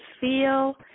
feel